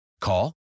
Call